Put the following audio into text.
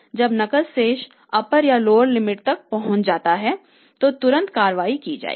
जब नकद शेष अप्परया लोअर लिमिट तक पहुंच जाता है तो तुरंत कार्रवाई की जाएगी